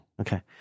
okay